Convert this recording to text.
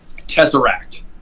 Tesseract